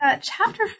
Chapter